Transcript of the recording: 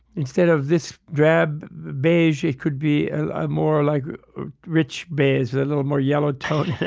instead of this drab beige, it could be ah more like a rich beige, a little more yellow tone.